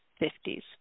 50s